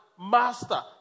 master